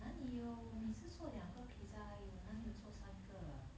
哪里有我每次做两个 pizza 而已我哪里有做三个